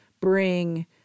bring